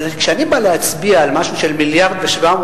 אבל כשאני בא להצביע על משהו של 1.7 מיליארד שקל,